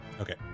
Okay